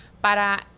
para